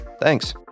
Thanks